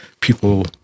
people